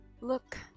Look